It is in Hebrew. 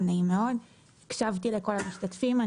הקשבתי לכל המשתתפים,